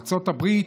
ארצות הברית,